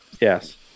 Yes